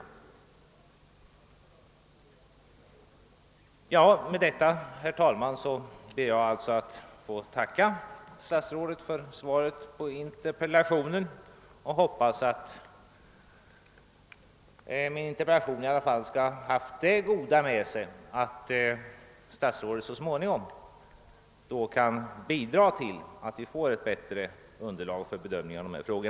Herr talman! Med det anförda ber jag alltså att få tacka statsrådet för svaret på min interpellation och jag hoppas att den skall ha fört det goda med sig att statsrådet så småningom kan bidra till att vi får ett bättre underlag för bedömningen av dessa frågor.